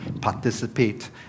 participate